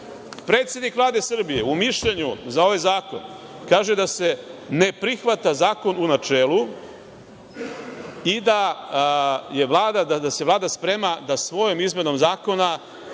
govorilo. Predsednik Vlade Srbije u mišljenju za ovaj zakon kaže da se ne prihvata zakon u načelu i da se Vlada sprema da svojom izmenom zakona,